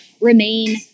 remain